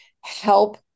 help